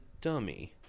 dummy